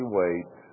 wait